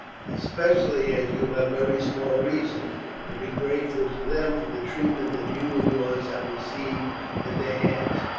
especially as you have very small reason to be grateful to them for the treatment that you and yours have received at their hands.